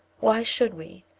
why should we,